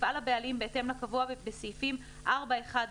יפעל הבעלים בהתאם לקבוע בסעיפים 4(1)(ב)